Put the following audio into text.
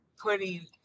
putting